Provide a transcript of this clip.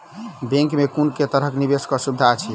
Bank मे कुन केँ तरहक निवेश कऽ सुविधा अछि?